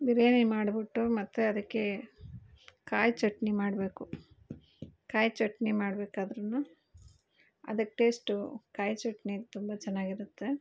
ಬಿರಿಯಾನಿ ಮಾಡಿಬಿಟ್ಟು ಮತ್ತೆ ಅದಕ್ಕೆ ಕಾಯಿ ಚಟ್ನಿ ಮಾಡಬೇಕು ಕಾಯಿ ಚಟ್ನಿ ಮಾಡಬೇಕಾದ್ರೂ ಅದಕ್ಕೆ ಟೇಸ್ಟು ಕಾಯಿ ಚಟ್ನಿ ತುಂಬ ಚೆನ್ನಾಗಿರುತ್ತೆ